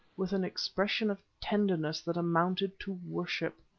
with an expression of tenderness that amounted to worship.